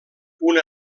una